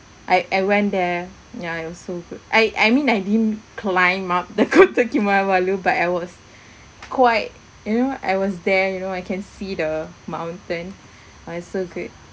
I I went there yeah it was so good I I mean I didn't climb up the kota kinabalu but I was quite you know I was there you know I can see the mountain !wah! is so good